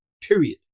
period